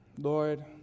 Lord